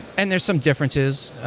and there are some differences,